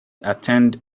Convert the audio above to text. attend